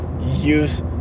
use